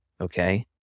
Okay